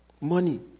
Money